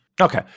Okay